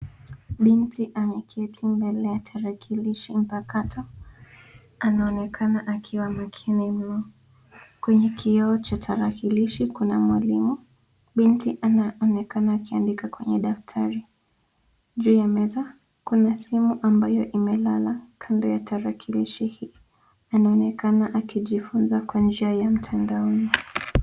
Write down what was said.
Binti ameketi mbele ya tarakilishi mpakato. Anaonekana akiwa makini mno. Kwenye kioo cha tarakilishi kuna mwalimu. Binti anaonekana akiandika kwenye daftari. Juu ya meza kuna simu ambayo imelala kando ya tarakilishi. Anaonekana akijifunza kwa njia ya mtandaoni.